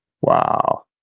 Wow